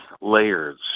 layers